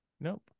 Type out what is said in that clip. Nope